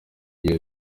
igira